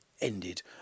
ended